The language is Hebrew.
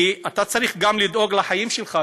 כי אתה צריך גם לדאוג לחיים שלך,